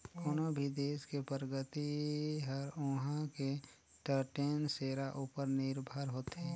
कोनो भी देस के परगति हर उहां के टटेन सेरा उपर निरभर होथे